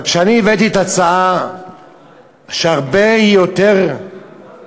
אבל כשאני הבאתי הצעה שהיא הרבה יותר מעשית,